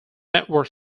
network